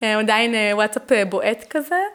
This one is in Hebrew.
עדיין WhatsApp בועט כזה.